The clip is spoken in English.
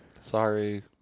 Sorry